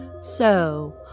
So